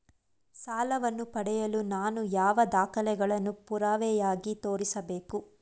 ಸಾಲವನ್ನು ಪಡೆಯಲು ನಾನು ಯಾವ ದಾಖಲೆಗಳನ್ನು ಪುರಾವೆಯಾಗಿ ತೋರಿಸಬೇಕು?